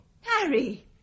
Harry